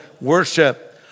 worship